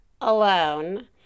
alone